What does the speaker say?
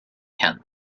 kent